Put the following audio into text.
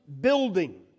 building